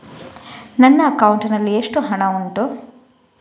ನನ್ನ ಅಕೌಂಟ್ ನಲ್ಲಿ ಎಷ್ಟು ಹಣ ಉಂಟು?